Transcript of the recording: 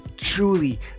Truly